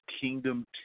kingdom